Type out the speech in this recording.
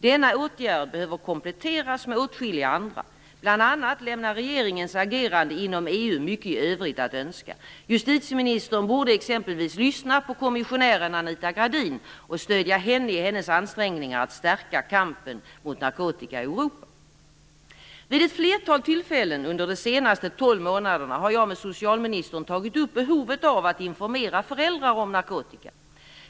Denna åtgärd behöver kompletteras med åtskilliga andra. Bl.a. lämnar regeringens agerande inom EU mycket övrigt att önska. Justitieministern borde exempelvis lyssna på kommissionären Anita Gradin och stödja henne i hennes ansträngningar att stärka kampen mot narkotika i Europa. Vid ett flertal tillfällen under de senaste 12 månaderna har jag med socialministern tagit upp behovet av att informera föräldrar om narkotika.